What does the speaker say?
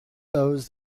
those